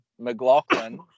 McLaughlin